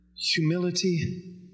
humility